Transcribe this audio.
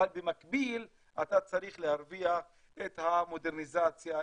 אבל במקביל אתה צריך להרוויח את המודרניזציה,